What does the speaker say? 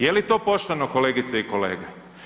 Je li to pošteno kolegice i kolege?